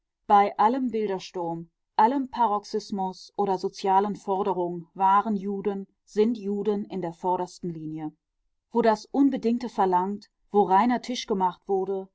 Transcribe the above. bei allem bildersturm allem paroxysmus oder sozialen forderung waren juden sind juden in der vordersten linie wo das unbedingte verlangt wo reiner tisch gemacht wurde